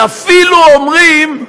ואפילו, אומרים,